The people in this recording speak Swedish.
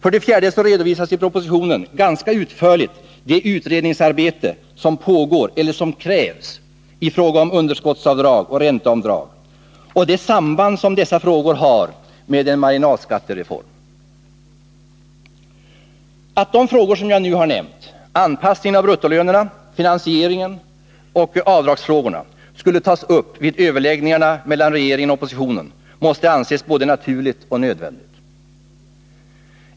För det fjärde redovisas i propositionen ganska utförligt det utredningsarbete som pågår eller som krävs i fråga om underskottsavdrag och ränteavdrag och det samband dessa frågor har med marginalskattereformen. Att de frågor jag nu nämnt — anpassningen av bruttolönerna, finansieringen och avdragsfrågorna — skulle tas upp vid överläggningarna mellan regeringen och oppositionen måste anses både naturligt och nödvändigt.